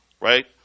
right